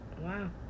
Wow